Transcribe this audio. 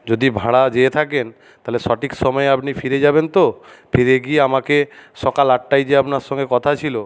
যদি ভাড়া যেয়ে থাকেন তালে সঠিক সময়ে আপনি ফিরে যাবেন তো ফিরে গিয়ে আমাকে সকাল আটটায় যে আপনার সঙ্গে কথা ছিলো